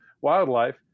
wildlife